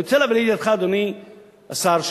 אדוני השר,